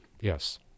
Yes